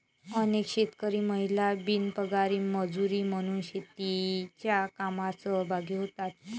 अनेक शेतकरी महिला बिनपगारी मजुरी म्हणून शेतीच्या कामात सहभागी होतात